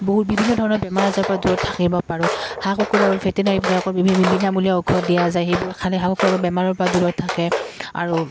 বহুত বিভিন্ন ধৰণৰ বেমাৰ আজাৰপৰা দূৰত থাকিব পাৰোঁ হাঁহ কুুকুৰাবোৰ ভেটেনাৰীবিলাকত বিনামূলীয়া ঔষধ দিয়া যায় সেইবোৰ খালে হাঁহ কুকুৰাবোৰ বেমাৰৰপৰা দূৰত থাকে আৰু